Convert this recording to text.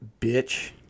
bitch